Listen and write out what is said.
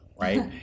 right